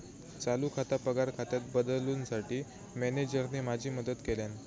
चालू खाता पगार खात्यात बदलूंसाठी मॅनेजरने माझी मदत केल्यानं